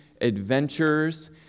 adventures